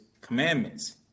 commandments